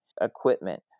equipment